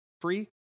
free